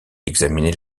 examinait